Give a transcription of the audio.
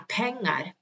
pengar